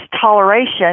toleration